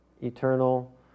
eternal